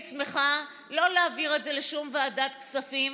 לא להעביר את זה לשום ועדת כספים,